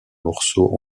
morceaux